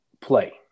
play